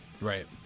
right